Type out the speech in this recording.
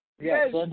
Yes